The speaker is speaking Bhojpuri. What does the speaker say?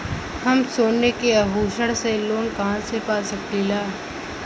हम सोने के आभूषण से लोन कहा पा सकीला?